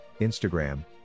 Instagram